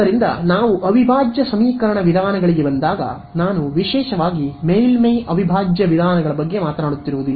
ಆದ್ದರಿಂದ ನಾವು ಅವಿಭಾಜ್ಯ ಸಮೀಕರಣ ವಿಧಾನಗಳಿಗೆ ಬಂದಾಗ ನಾನು ವಿಶೇಷವಾಗಿ ಮೇಲ್ಮೈ ಅವಿಭಾಜ್ಯ ವಿಧಾನಗಳ ಬಗ್ಗೆ ಮಾತನಾಡುತ್ತಿರುವುದು